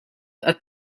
qed